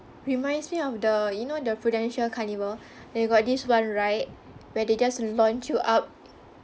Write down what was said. reminds me of the you know the Prudential carnival they got this one ride where they just launch you up